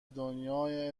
دنیای